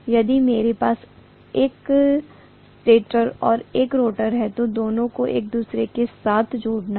यदि मेरे पास एक स्टेटर है और एक रोटर है तो दोनों को एक दूसरे के साथ जोड़ना है